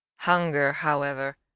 hunger, however,